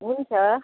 हुन्छ